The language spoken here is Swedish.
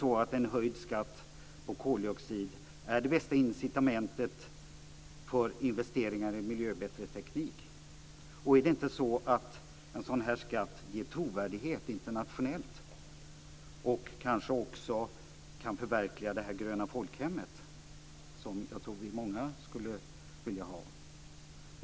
· Är inte en höjd skatt på koldioxid det bästa incitamentet för investeringar i miljövänligare teknik? · Är det inte så att en sådan här skatt ger trovärdighet internationellt och kanske också kan förverkliga det gröna folkhemmet, som jag tror att vi är många som skulle vilja ha?